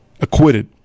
Acquitted